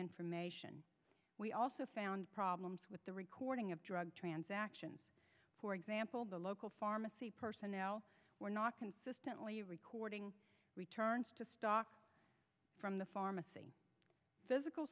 information we also found problems with the recording of drug transactions for example the local pharmacy personnel were not consistently recording returned from the pharmacy physical